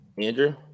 Andrew